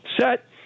set